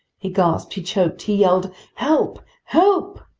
he gasped, he choked, he yelled help! help!